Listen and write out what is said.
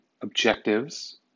objectives